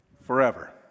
forever